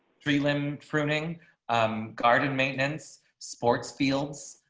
tree limb pruning garden maintenance sports fields.